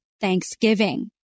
thanksgiving